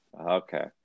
okay